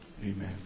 Amen